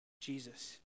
Jesus